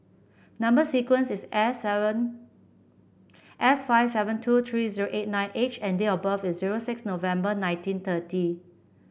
number sequence is S seven S five seven two three eight nine H and date of birth is zero six November nineteen thirty